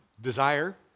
desire